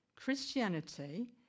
Christianity